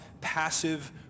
passive